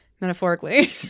metaphorically